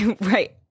right